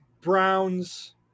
Browns